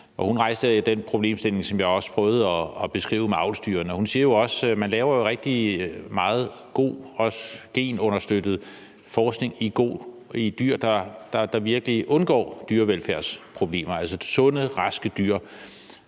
som rejste den problemstilling, som jeg også prøvede at beskrive, med avlsdyrene. Hun siger, at man laver rigtig meget god og også genunderstøttet forskning i dyr, der virkelig undgår dyrevelfærdsproblemer, altså sunde, raske dyr.